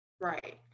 Right